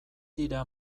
dira